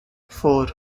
four